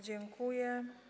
Dziękuję.